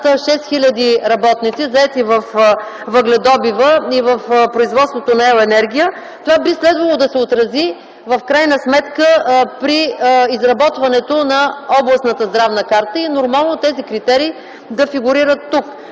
6 хил. работници, заети във въгледобива и в производството на ел. енергия. Това би трябвало да се отрази в крайна сметка при изработването на областната Здравна карта и е нормално тези критерии да фигурират тук.